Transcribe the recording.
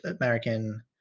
American